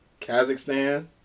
Kazakhstan